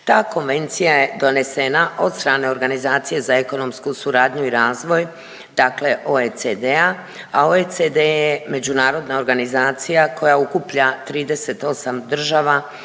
Ta konvencija je donesena od strane Organizacije za ekonomsku suradnju i razvoj, dakle OECD-a, a OECD je međunarodna organizacija koja ukuplja 38 država